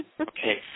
Okay